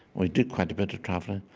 we do quite a bit of traveling.